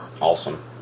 Awesome